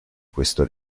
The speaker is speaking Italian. questo